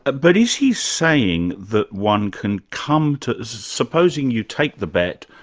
ah but is he saying that one can come to. supposing you take the bet,